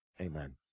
Amen